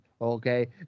Okay